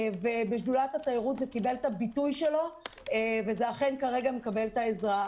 ובשדולת התיירות זה קיבל את הביטוי שלו וזה אכן כרגע מקבל את העזרה.